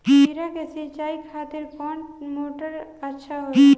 खीरा के सिचाई खातिर कौन मोटर अच्छा होला?